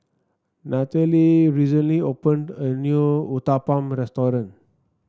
Nathalie recently opened a new Uthapam restaurant